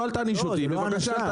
לא, אל תעניש אותי, בבקשה.